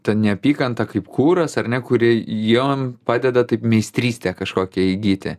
ta neapykanta kaip kuras ar ne kuri jom padeda taip meistrystę kažkokią įgyti